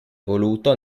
voluto